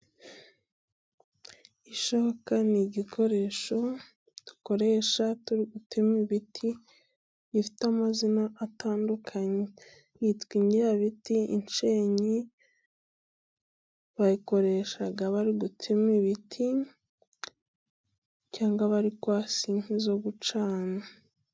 Ishoka ni igikoresho dukoresha turi gutema ibiti. Ifite amazina atandukanye， yitwa indyabiti，inshenyi，bayikoresha bari gutema ibiti cyangwa bari kwasa inkwi zo gucana.